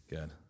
Good